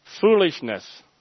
foolishness